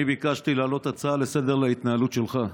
אני ביקשתי להעלות הצעה לסדר-היום על ההתנהלות שלך.